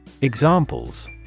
Examples